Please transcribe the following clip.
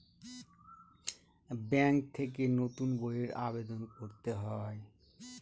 bank থেকে নতুন বইয়ের আবেদন করতে হয়